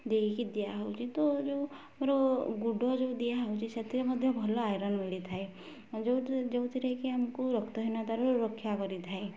ଦେଇକି ଦିଆହେଉଛି ତ ଯେଉଁ ଗୁଡ଼ ଯେଉଁ ଦିଆହେଉଛି ସେଥିରେ ମଧ୍ୟ ଭଲ ଆଇରନ୍ ମିଳିଥାଏ ଯେଉଁଥିରେ କି ଆମକୁ ରକ୍ତହୀନତାରୁ ରକ୍ଷା କରିଥାଏ